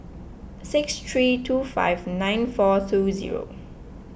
six three two five nine four two zero